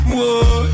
Whoa